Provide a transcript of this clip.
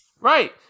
Right